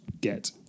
get